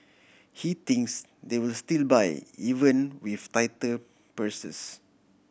he thinks they will still buy even with tighter purses